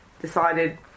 decided